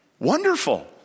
Wonderful